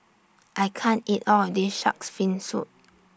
I can't eat All of This Shark's Fin Soup